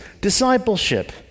discipleship